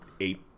eight